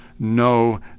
No